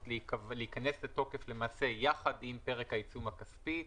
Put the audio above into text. להיכנס לתוקף יחד עם פרק העיצום הכספי,